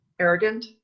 arrogant